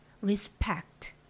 Respect